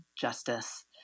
justice